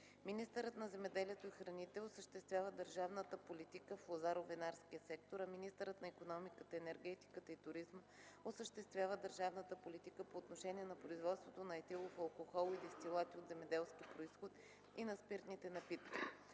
Министърът на земеделието и храните осъществява държавната политика в лозаро-винарския сектор, а министърът на икономиката, енергетиката и туризма осъществява държавната политика по отношение на производството на етилов алкохол и дестилати от земеделски произход и на спиртните напитки.